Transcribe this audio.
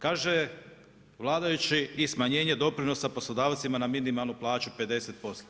Kaže vladajući i smanjenje doprinosa poslodavcima na minimalnu plaću 50%